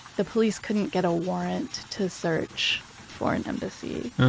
the police couldn't get a warrant to search for an embassy.